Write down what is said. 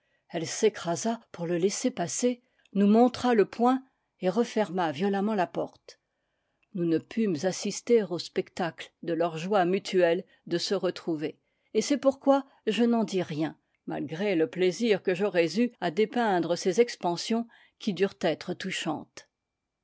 elle s'écrasa pour le laisser passer nous montra le poing et referma violemment la porte nous ne pûmes assister au spectacle de leur joie mutuelle de se retrouver et c'est pourquoi je n'en dis rien malgré le plai sir que j'aurais eu à dépeindre ces expansions qui durent être touchantes